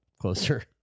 closer